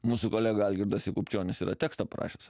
mūsų kolega algirdas jakubčionis yra tekstą parašęs